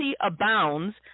abounds